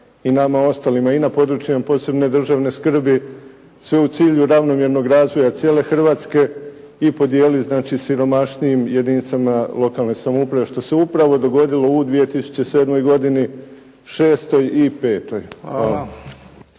i nama ostalima i na područjima od posebne državne skrbi, sve u cilju ravnomjernog razvoja cijele Hrvatske i podijeliti znači siromašnijim jedinicama lokalne samouprave što se upravo dogodilo u 2007. godine, šestoj i petoj.